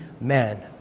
man